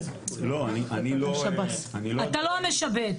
לא, אני לא --- אתה לא המשבץ.